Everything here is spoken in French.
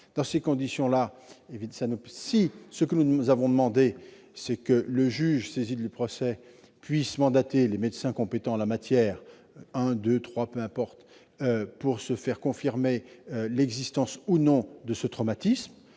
a été victime. Ce que nous demandons, c'est que le juge saisi du procès puisse saisir les médecins compétents en la matière- un, deux ou trois, peu importe -pour se faire confirmer l'existence ou non de ce traumatisme,